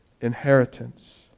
inheritance